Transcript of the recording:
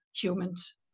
humans